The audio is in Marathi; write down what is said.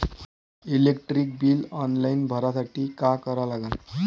इलेक्ट्रिक बिल ऑनलाईन भरासाठी का करा लागन?